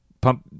pump